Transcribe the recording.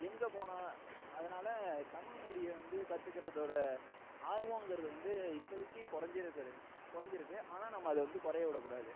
எங்கே போனால் அதனால் தமிழ் மொழியை வந்து கத்துக்கிறதோட ஆர்வங்கிறது வந்து இப்போதிக்கி கொறைஞ்சிருக்கு கொறைஞ்சிருக்கு ஆனால் நம்ம அதை வந்து குறைய விடக்கூடாது